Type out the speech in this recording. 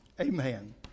Amen